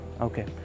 okay